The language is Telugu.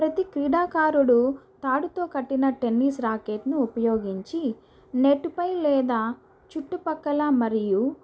ప్రతీ క్రీడాకారుడు తాడుతో కట్టిన టెన్నిస్ రాకెట్ను ఉపయోగించి నెట్టుపై లేదా చుట్టుపక్కల మరియు